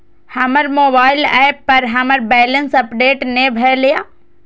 हमर mobile app पर हमर बैलेंस अपडेट ने भेल या